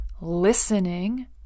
listening